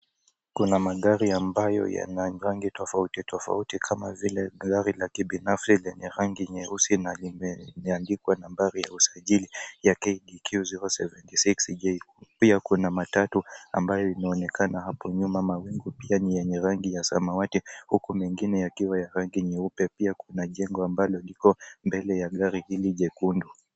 Kuna magari ambayo yana rangi tofautitofauti kama vile gari la kibinafsi lenye rangi nyeusi na limeandikwa nambari ya usajili ya KDQ 076J. Pia una matatu ambayo imeonekana hapo nyuma. Mawingu pia ni yenye rangi ya samawati huku mengine yakiwa na rangi nyeupe. Pia kuna jengo ambalo liko mbele ya gari hili jekundu.